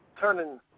turning